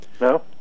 No